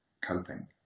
coping